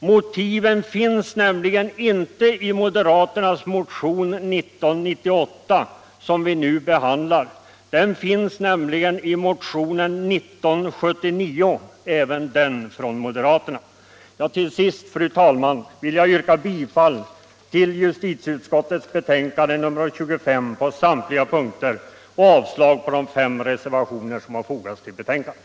Motivet finns nämligen inte i den moderata motionen 1998, som vi nu behandlar. Motivet finns i motionen 1979 — även den från moderaterna. Till sist, fru talman, vill jag yrka bifall till justitieutskottets hemställan på samtliga punkter i betänkandet nr 25 och avslag på de fem reservationer som fogats till betänkandet.